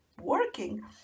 working